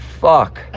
Fuck